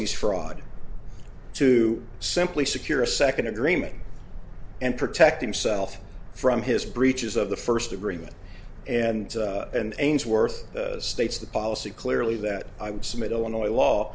he's fraud to simply secure a second agreement and protect himself from his breaches of the first agreement and aynesworth states the policy clearly that i would submit illinois law